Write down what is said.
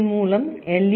இதன் மூலம் எல்